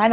নাই